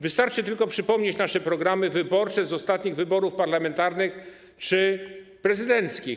Wystarczy tylko przypomnieć nasze programy wyborcze z ostatnich wyborów parlamentarnych czy prezydenckich.